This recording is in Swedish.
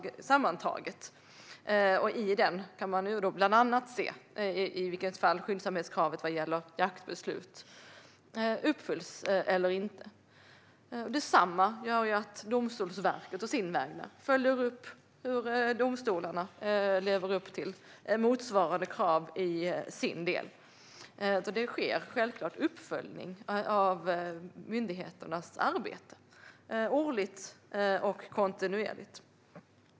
I samband med denna uppföljning kan man bland annat se i vilken grad skyndsamhetskravet vad gäller jaktbeslut uppfylls. På samma sätt följer Domstolsverket upp hur domstolarna lever upp till motsvarande krav i sin del. Det görs självklart en uppföljning av myndigheternas arbete, årligen och kontinuerligt.